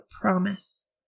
promise